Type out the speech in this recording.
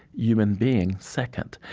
human being second.